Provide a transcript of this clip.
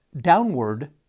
downward